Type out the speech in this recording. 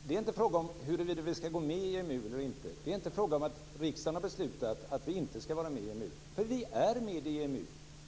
Fru talman! Det var konstigt att det här inte gick fram. Det är inte fråga om huruvida vi ska gå med i EMU eller inte. Det är inte fråga om att riksdagen har beslutat att vi inte ska vara med i EMU. Vi är med i EMU.